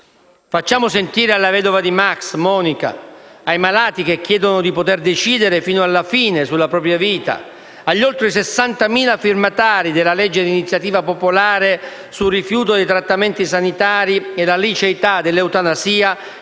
Facciamo sentire alla vedova di Max, Monica, ai malati che chiedono di poter decidere fino alla fine della propria vita, agli oltre 60.000 firmatari della legge di iniziativa popolare sul rifiuto dei trattamenti sanitari e la liceità dell'eutanasia,